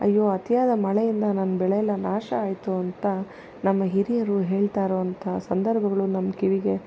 ಅಯ್ಯೋ ಅತೀಯಾದ ಮಳೆಯಿಂದ ನನ್ನ ಬೆಳೆಯಲ್ಲ ನಾಶ ಆಯಿತು ಅಂತ ನಮ್ಮ ಹಿರಿಯರು ಹೇಳ್ತಾ ಇರೋವಂಥ ಸಂದರ್ಭಗಳು ನಮ್ಮ ಕಿವಿಗೆ